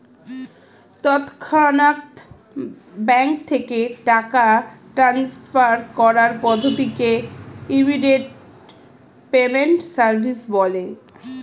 তৎক্ষণাৎ ব্যাঙ্ক থেকে টাকা ট্রান্সফার করার পদ্ধতিকে ইমিডিয়েট পেমেন্ট সার্ভিস বলে